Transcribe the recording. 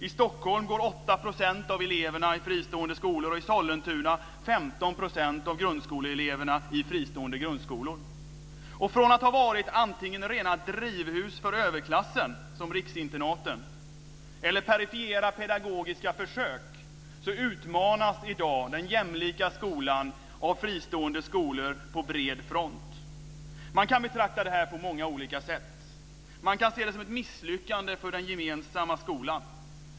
I Stockholm går 8 % av eleverna i fristående skolor och i Sollentuna 15 % av grundskoleeleverna i fristående grundskolor. Och från att ha varit antingen rena drivhus för överklassen som riksinternaten eller perifera pedagogiska försök utmanas den jämlika skolan i dag av fristående skolor på bred front. Man kan betrakta detta på många olika sätt. Man kan se det som ett misslyckande för den gemensamma skolan.